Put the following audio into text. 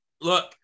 look